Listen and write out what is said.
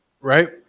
Right